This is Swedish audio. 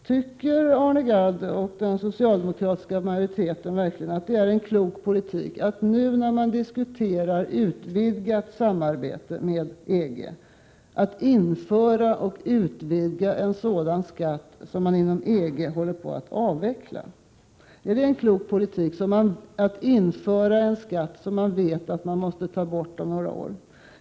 Tycker Arne Gadd och den socialdemokratiska majoriteten verkligen att det är en klok politik att nu, när vi diskuterar ett utvidgat samarbete med EG, införa och utveckla sådana skatter som man inom EG håller på att avveckla? Är det en klok politik att införa en skatt som vi vet att vi måste ta bort om några år?